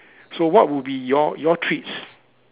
so what would be your your treats